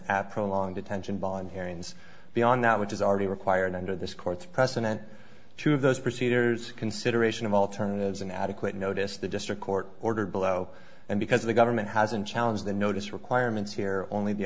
appro long detention bond hearings beyond that which is already required under this court's precedent two of those procedures consideration of alternatives an adequate notice the district court ordered below and because the government hasn't challenge the notice requirements here only the